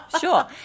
Sure